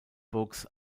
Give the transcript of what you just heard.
books